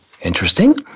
interesting